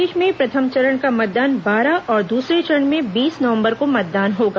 प्रदेश में प्रथम चरण का बारह और दूसरे चरण में बीस नवंबर को मतदान होगा